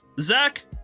Zach